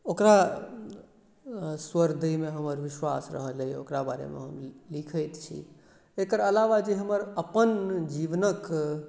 ओकरा स्वर दैमे हमर विश्वास रहल अइ ओकरा बारेमे हम लिखैत छी एकर अलावा जे हमर अपन जीवनक